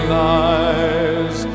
lies